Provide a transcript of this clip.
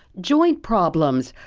joint problems,